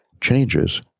changes